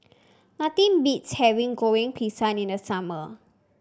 nothing beats having Goreng Pisang in the summer